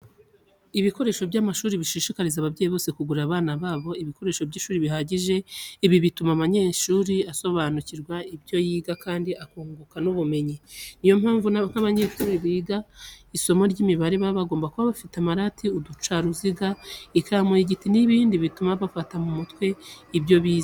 Ibigo by'amashuri bishishikariza ababyeyi bose kugurira abana babo ibikoresho by'ishuri bihagije. Ibi bituma umunyeshuri asobanukirwa ibyo yiga kandi akunguka n'ubumyenyi. Ni yo mpamvu nk'abanyeshuri biga isomo ry'imibare baba bagomba kuba bafite amarati, uducaruziga, ikaramu y'igiti n'ibindi bituma bafata mu mutwe ibyo bize.